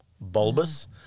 bulbous